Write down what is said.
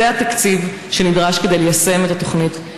זה התקציב שנדרש כדי ליישם את התוכנית.